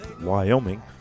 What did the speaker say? Wyoming